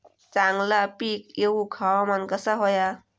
चांगला पीक येऊक हवामान कसा होया?